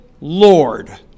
Lord